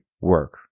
work